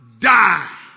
die